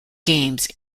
games